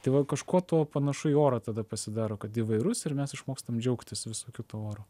tai va kažkuo tuo panašu į orą tada pasidaro kad įvairus ir mes išmokstam džiaugtis visokiu oru